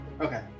Okay